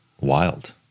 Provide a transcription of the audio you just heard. wild